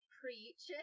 preach